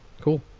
Cool